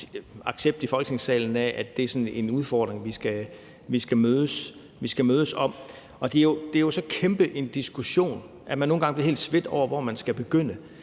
accept af, at det er sådan en udfordring, vi skal mødes om. Det er jo så kæmpestor en diskussion, at man nogle gange bliver helt svedt over, hvor man skal begynde.